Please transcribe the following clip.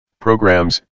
Programs